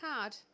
card